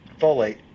folate